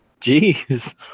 Jeez